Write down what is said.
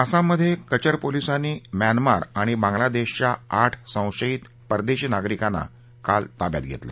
आसाममधे कचर पोलीसांनी म्यानमार आणि बांगलादेशच्या आठ संशयित परदेशी नागरिकाना काल ताब्यात घेतलं